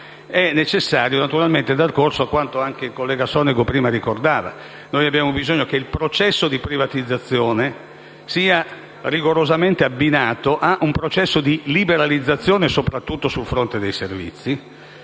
è necessario naturalmente dar corso a quanto il collega Sonego ricordava prima: abbiamo bisogno che il processo di privatizzazione sia rigorosamente abbinato a un processo di liberalizzazione, soprattutto sul fronte dei servizi,